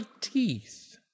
teeth